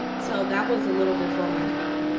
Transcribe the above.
so, that was a little before my time, ah